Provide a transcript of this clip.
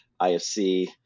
IFC